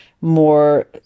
more